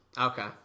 okay